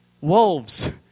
Wolves